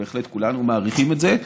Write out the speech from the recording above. בהחלט כולנו מעריכים את זה,